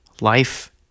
life